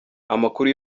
amakuru